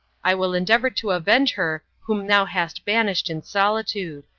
i will endeavor to avenge her whom thou hast banished in solitude.